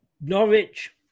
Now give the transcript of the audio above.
Norwich